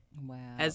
Wow